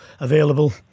available